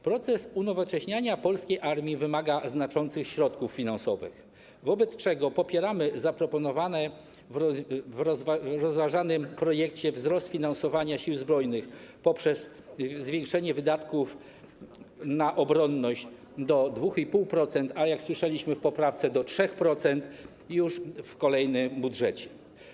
Proces unowocześniania polskiej armii wymaga znaczących środków finansowych, wobec czego popieramy zaproponowany w rozważanym projekcie wzrost finansowania sił zbrojnych poprzez zwiększenie wydatków na obronność do 2,5% oraz - jak słyszeliśmy w poprawce - do 3% w kolejnym budżecie.